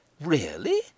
Really